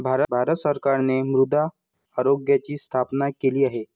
भारत सरकारने मृदा आरोग्याची स्थापना केली आहे